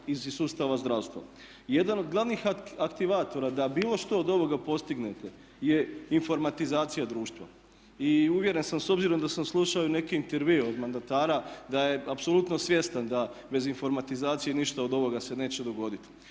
i sustava zdravstva. Jedan od glavnih aktivatora da bilo što od ovoga postignete je informatizacija društva. I uvjeren sam s obzirom da sam slušao i neke intervjue od mandatara da je apsolutno svjestan da bez informatizacije ništa od ovoga se neće dogoditi.